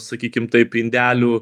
sakykim taip indelių